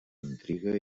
intriga